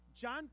John